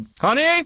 honey